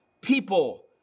people